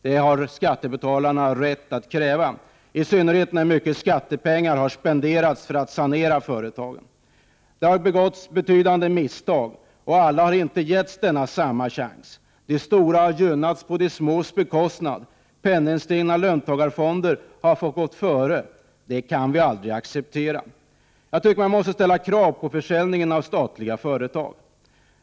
Det har skattebetalarna rätt att kräva, i synnerhet när mycket skattepengar har spenderats på att sanera företagen. Betydande misstag har begåtts, och alla har inte getts samma chans. De stora har gynnats på de smås bekostnad. Penningstinna löntagarfonder har fått gå före. Det kan vi aldrig acceptera. Man måste ställa krav på försäljningen av statliga företag.